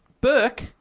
Burke